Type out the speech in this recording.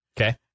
Okay